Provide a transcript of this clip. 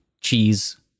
Cheese